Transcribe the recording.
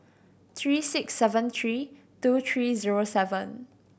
three six seven three two three zero seven